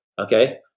Okay